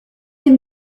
him